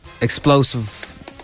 explosive